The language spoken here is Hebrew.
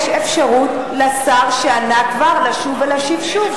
יש אפשרות לשר שענה כבר לשוב ולהשיב שוב.